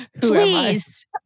Please